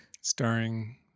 Starring